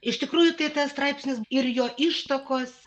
iš tikrųjų tai straipsnis ir jo ištakos